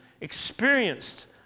experienced